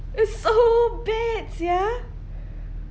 it's so bad sia